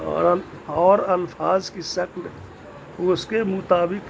اور اور الفاظ کی شکل اس کے مطابق